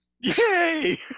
Yay